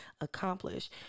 accomplish